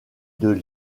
deux